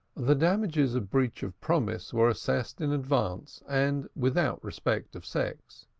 the damages of breach of promise were assessed in advance and without respect of sex.